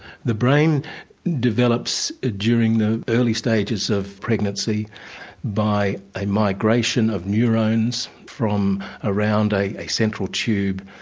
the brain develops during the early stages of pregnancy by a migration of neurones from around a a central tube,